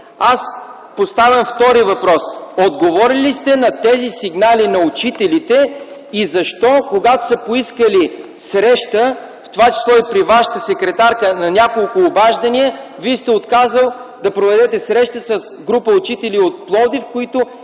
Аз поставям втори въпрос: отговорили ли сте на тези сигнали на учителите и защо, когато са поискали среща, в това число и при Вашата секретарка на няколко обаждания, Вие сте отказал да проведете среща с група учители от Пловдив, които